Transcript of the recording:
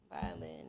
violin